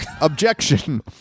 Objection